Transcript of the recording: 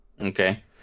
Okay